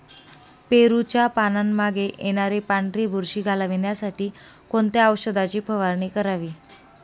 पेरूच्या पानांमागे येणारी पांढरी बुरशी घालवण्यासाठी कोणत्या औषधाची फवारणी करावी?